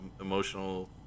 emotional